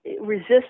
resist